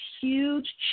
huge